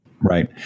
Right